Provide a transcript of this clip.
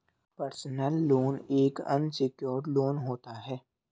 personal loan एक unsecured loan होता है